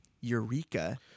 Eureka